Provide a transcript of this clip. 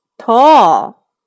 Tall